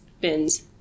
bins